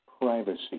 privacy